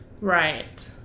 Right